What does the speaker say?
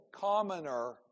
commoner